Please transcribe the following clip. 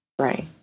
Right